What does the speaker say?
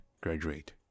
graduate